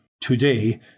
today